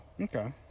okay